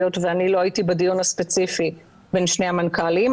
היות ולא הייתי בדיון הספציפי בין שני המנכ"לים.